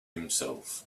himself